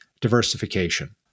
diversification